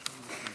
גברתי